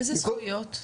איזה זכויות?